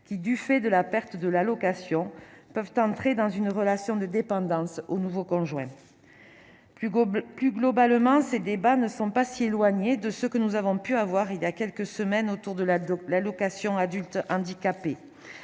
qui, du fait de la perte de l'allocation peuvent entrer dans une relation de dépendance au nouveau conjoint plus beau but plus globalement ces débats ne sont pas si éloignés de ce que nous avons pu avoir, il y a quelques semaines autour de la dope l'allocation adulte handicapé